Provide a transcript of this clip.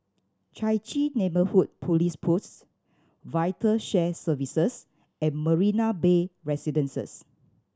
Chai Chee Neighbourhood Police Post Vital Shared Services and Marina Bay Residences